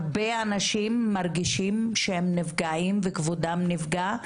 הרבה אנשים מרגישים שהם נפגעים וכבודם נפגע,